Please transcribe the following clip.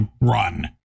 run